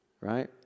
right